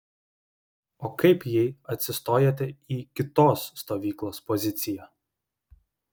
o kaip jei atsistojate į kitos stovyklos poziciją